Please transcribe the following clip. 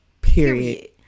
Period